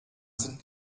sind